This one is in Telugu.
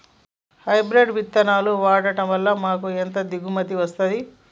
హైబ్రిడ్ పత్తి విత్తనాలు వాడడం వలన మాకు ఎంత దిగుమతి వస్తుంది?